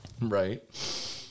Right